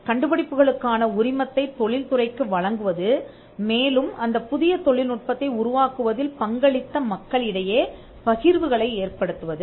கண்டுபிடிப்புகளுக்கான உரிமத்தைத் தொழில்துறைக்கு வழங்குவது மேலும் அந்தப் புதிய தொழில்நுட்பத்தை உருவாக்குவதில் பங்களித்த மக்களிடையே பகிர்வுகளை ஏற்படுத்துவது